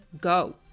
go